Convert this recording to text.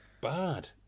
bad